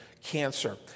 cancer